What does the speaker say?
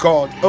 God